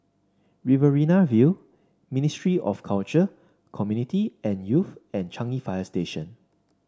Riverina View Ministry of Culture Community and Youth and Changi Fire Station